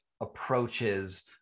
approaches